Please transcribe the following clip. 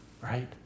right